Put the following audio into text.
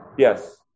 Yes